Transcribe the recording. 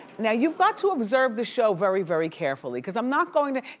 now you've got to observe the show very, very carefully cause i'm not going to,